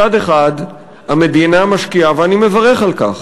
מצד אחד, המדינה משקיעה, ואני מברך על כך,